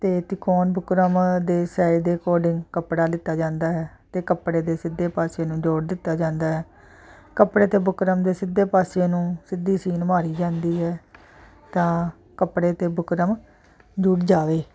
ਅਤੇ ਕੌਣ ਬੁਕਰਮ ਦੇ ਸਾਇਜ ਦੇ ਅਕੋਰਡਿੰਗ ਕੱਪੜਾ ਦਿੱਤਾ ਜਾਂਦਾ ਹੈ ਅਤੇ ਕੱਪੜੇ ਦੇ ਸਿੱਧੇ ਪਾਸੇ ਨੂੰ ਜੋੜ ਦਿੱਤਾ ਜਾਂਦਾ ਹੈ ਕੱਪੜੇ 'ਤੇ ਬੁਕਰਮ ਦੇ ਸਿੱਧੇ ਪਾਸੇ ਨੂੰ ਸਿੱਧੀ ਸੀਨ ਮਾਰੀ ਜਾਂਦੀ ਹੈ ਤਾਂ ਕੱਪੜੇ 'ਤੇ ਬੁਕਰਮ ਜੁੜ ਜਾਵੇ